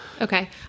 Okay